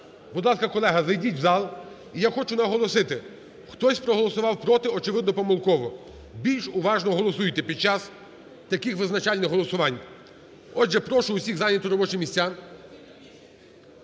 Будь ласка, колеги, зайдіть в зал. І я хочу наголосити, хтось проголосував "проти", очевидно, помилково. Більш уважно голосуйте під час таких визначальних голосувань. Отже, прошу всіх зайняти робочі місця.